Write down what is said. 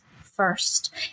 first